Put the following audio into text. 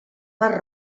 mar